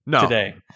today